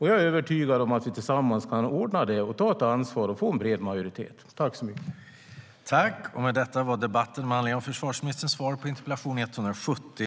Jag är övertygad om att vi tillsammans kan ordna det, ta ett ansvar och få en bred majoritet.